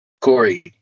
Corey